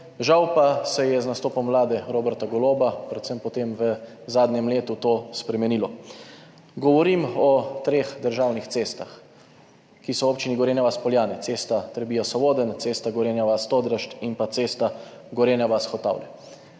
Žal pa se je z nastopom vlade Roberta Goloba predvsem potem v zadnjem letu to spremenilo. Govorim o treh državnih cestah, ki so v Občini Gorenja vas - Poljane, cesta Trebija–Sovodenj, cesta Gorenja vas–Todraž in cesta Gorenja vas–Hotavlje.